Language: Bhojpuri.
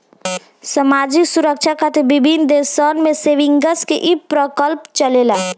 सामाजिक सुरक्षा खातिर विभिन्न देश सन में सेविंग्स के ई प्रकल्प चलेला